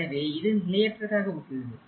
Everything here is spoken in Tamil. எனவே இது நிலையற்றதாக உள்ளது